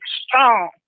strong